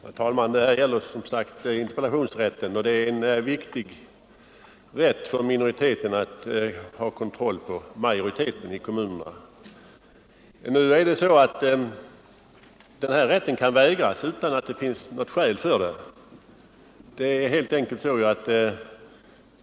Herr talman! Det är enligt min mening en viktig rättighet för minoriteten i kommunfullmäktige att utöva kontroll på majoriteten. För närvarande kan denna rättighet förvägras minoriteten utan skäl.